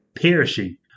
perishing